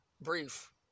brief